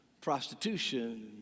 prostitution